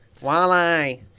Walleye